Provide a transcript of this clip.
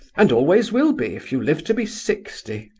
and always will be, if you live to be sixty